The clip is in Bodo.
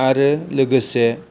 आरो लोगोसे